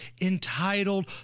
entitled